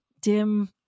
dim